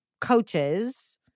coaches